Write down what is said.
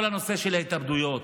כל הנושא של ההתאבדויות,